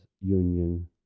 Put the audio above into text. union